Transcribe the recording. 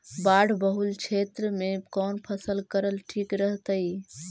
बाढ़ बहुल क्षेत्र में कौन फसल करल ठीक रहतइ?